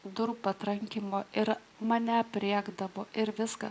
durų trankymo ir mane aprėkdavo ir viską